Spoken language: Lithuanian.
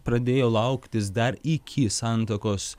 pradėjo lauktis dar iki santuokos